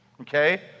okay